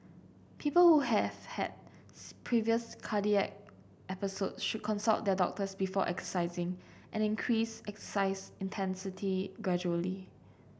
people who have had previous cardiac episodes should consult their doctors before exercising and increase exercise intensity gradually